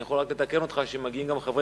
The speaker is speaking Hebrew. אני יכול רק לתקן אותך שמגיעים גם חברי